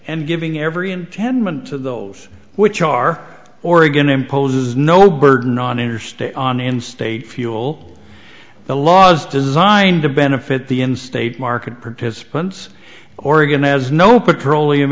and giving every in ten min to those which are oregon imposes no burden on interstate on in state fuel the laws designed to benefit the in state market participants oregon has no petroleum